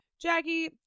Jackie